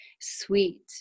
sweet